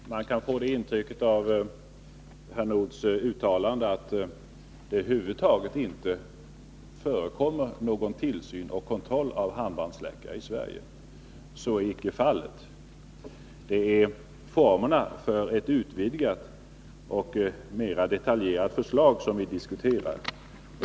Fru talman! Man kan få det intrycket av herr Nordhs uttalande, att det över huvud taget inte förekommer någon tillsyn och kontroll av handbrandsläckare i Sverige. Så är icke fallet. Det är formerna för ett utvidgat och mer detaljerat kontrollsystem som vi diskuterar.